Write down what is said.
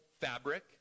fabric